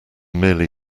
merely